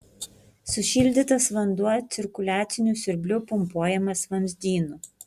sušildytas vanduo cirkuliaciniu siurbliu pumpuojamas vamzdynu